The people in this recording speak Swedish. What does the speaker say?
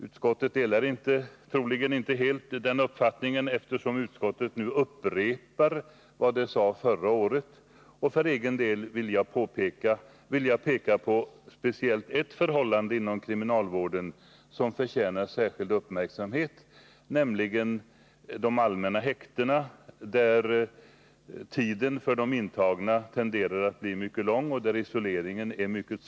Utskottet delar troligen inte helt den uppfattningen, eftersom man nu upprepar vad man sade förra året. Själv vill jag speciellt peka på ett förhållande inom kriminalvården som förtjänar särskild uppmärksamhet. Det är en tendens att de intagna på de allmänna häktena får vistas där under ganska lång tid. Det är en mycket svår isolering de får utstå.